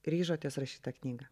ryžotės rašyt tą knygą